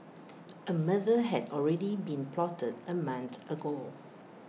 A murder had already been plotted A month ago